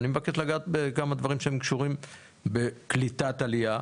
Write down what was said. אני מבקש לגעת בכמה דברים שקשורים בקליטת עליה.